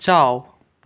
ꯆꯥꯎ